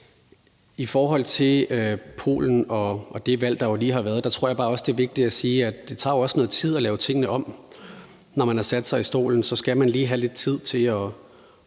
I forhold til Polen og det valg, der lige har været, tror jeg også bare, det er vigtigt at sige, at det jo tager noget tid at lave tingene om. Når man har sat sig i stolen, skal man lige have lidt tid til at